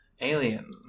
alien